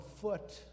foot